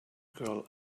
girl